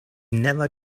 never